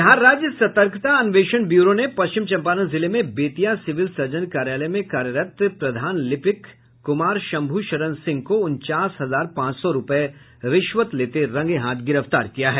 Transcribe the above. बिहार राज्य सर्तकता अन्वेषण ब्यूरो ने पश्चिम चंपारण जिले में बेतिया सिविल सर्जन कार्यालय में कार्यरत प्रधान लिपिक कुमार शंभू शरण सिंह को उनचास हजार पांच सौ रुपये रिश्वत लेते रंगेहाथ गिरफ्तार किया है